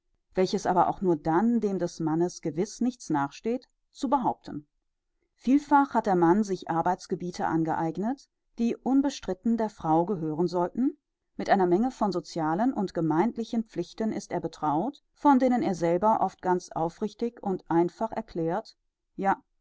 welches aber auch dann dem des mannes gewiß nicht nachsteht zu behaupten vielfach hat der mann sich arbeitsgebiete angeeignet die unbestritten der frau gehören sollten mit einer menge von socialen und gemeindlichen pflichten ist er betraut von denen er selber oft ganz aufrichtig und einfach erklärt ja